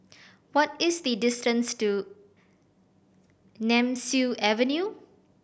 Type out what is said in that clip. what is the distance to Nemesu Avenue